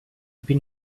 been